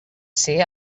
ser